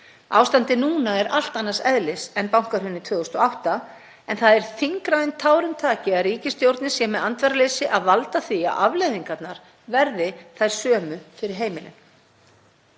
Ástandið núna er allt annars eðlis en bankahrunið 2008 en það er þyngra en tárum taki að ríkisstjórnin sé með andvaraleysi að valda því að afleiðingarnar verði þær sömu fyrir heimilin.